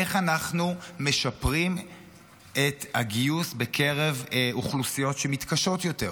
איך אנחנו משפרים את הגיוס בקרב אוכלוסיות שמתקשות יותר,